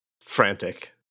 frantic